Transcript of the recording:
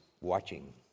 watching